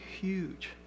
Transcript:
huge